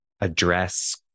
address